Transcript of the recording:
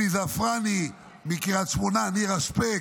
אלי זעפרני מקריית שמונה, נירה שפק,